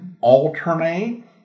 alternate